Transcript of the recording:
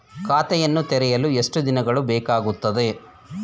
ಖಾತೆಯನ್ನು ತೆರೆಯಲು ಎಷ್ಟು ದಿನಗಳು ಬೇಕಾಗುತ್ತದೆ?